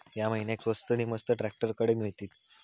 या महिन्याक स्वस्त नी मस्त ट्रॅक्टर खडे मिळतीत?